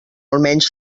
almenys